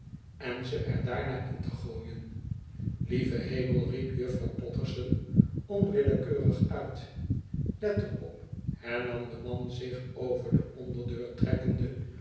en ze er daarna in te gooien lieve hemel riep juffrouw potterson onwillekeurig uit let er op hernam de man zich over de onderdeur trekkende